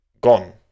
gone